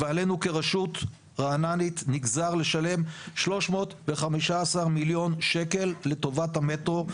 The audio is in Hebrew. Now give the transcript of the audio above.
ועלינו כרשות רעננית נגזר לשלם 315 מיליון שקל לטובת המטרו,